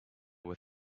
were